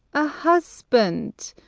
a husband.